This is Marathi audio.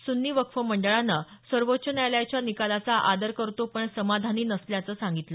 सुन्नी वक्फ मंडळानं सर्वोच्च न्यायालयाच्या निकालाचा आदर करतो पण समाधानी नसल्याचं सांगितलं